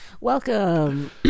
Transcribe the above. Welcome